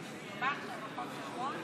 אני קובע שהצעת חוק שירות הציבור (מתנות)